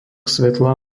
svetla